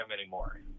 anymore